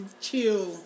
chill